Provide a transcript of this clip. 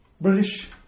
British